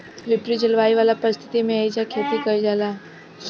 विपरित जलवायु वाला परिस्थिति में एइजा खेती कईल जाला